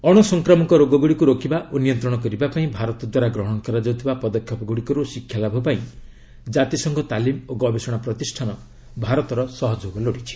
ଅଣସଂକ୍ରାମକ ରୋଗଗୁଡ଼ିକୁ ରୋକିବା ଓ ନିୟନ୍ତ୍ରଣ କରିବା ପାଇଁ ଭାରତ ଦ୍ୱାରା ଗ୍ରହଣ କରାଯାଉଥିବା ପଦକ୍ଷେପଗୁଡ଼ିକରୁ ଶିକ୍ଷାଲାଭ ପାଇଁ ଜାତିସଂଘ ତାଲିମ ଓ ଗବେଷଣା ପ୍ରତିଷ୍ଠାନ ଭାରତର ସହଯୋଗ ଲୋଡ଼ି ୍ଛି